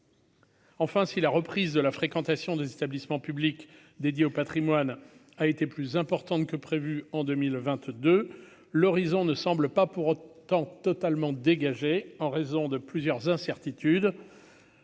Enfin, si la reprise de la fréquentation des établissements publics dédiés au Patrimoine a été plus importante que prévu en 2022 l'horizon ne semble pas pour autant totalement dégagée en raison de plusieurs incertitudes,